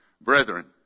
brethren